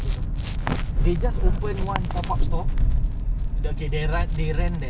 aku bilang miss miss I want to try aku try masih sempit gila but ah damn it ah five dollar beli jer